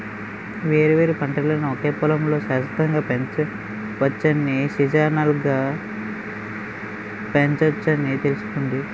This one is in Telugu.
వేర్వేరు పంటలను ఒకే పొలంలో శాశ్వతంగా పెంచవచ్చని, సీజనల్గా పెంచొచ్చని తెలుసుకోండి